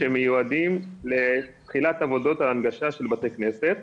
שמיועדים לתחילת עבודות ההנגשה של בתי כנסת.